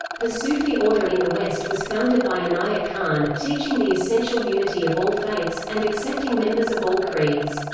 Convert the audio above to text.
the sufi order in the west was founded by inayat khan, teaching the essential unity of all faiths, and accepting members of all creeds.